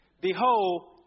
Behold